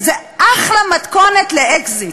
זה אחלה מתכונת לאקזיט.